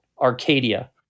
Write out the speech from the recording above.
Arcadia